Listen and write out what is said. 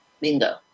Bingo